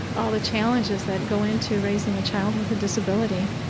all the challenges that go into raising a child with a disability